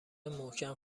محکم